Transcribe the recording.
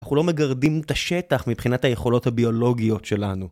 אנחנו לא מגרדים את השטח מבחינת היכולות הביולוגיות שלנו.